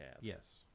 Yes